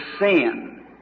sin